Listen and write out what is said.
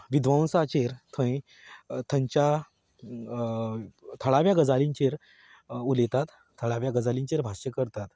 विध्वंसांचेर थंयच्या थळाव्या गजालींचेर उलयतात थळाव्या गजालींचेर भाश्य करतात